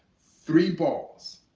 three balls.